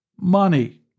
Money